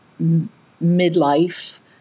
midlife